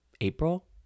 April